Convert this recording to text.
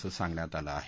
अस सांगण्यात आलं आहे